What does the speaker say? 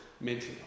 mentally